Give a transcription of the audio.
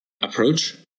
approach